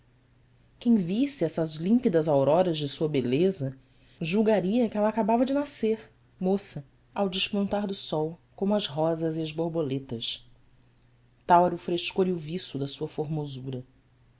quem visse essas límpidas auroras de sua beleza julgaria que ela acabava de nascer moça ao despontar do sol como as rosas e as borboletas tal era o frescor e o viço da sua formosura